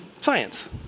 science